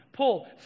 Paul